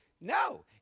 No